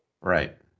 Right